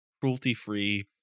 cruelty-free